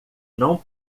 não